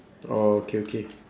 oh okay okay